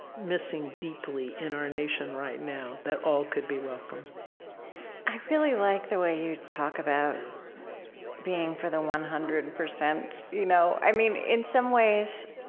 missing deeply in our nation right now that all could be welcome i really like the way you talk about being for the one hundred and percent. you know? know? i mean, in some ways,